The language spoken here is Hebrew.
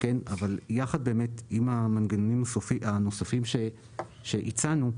אבל יחד עם המנגנונים הנוספים שהצענו,